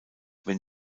wenn